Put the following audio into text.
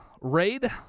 Raid